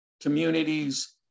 communities